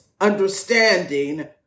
understanding